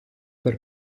per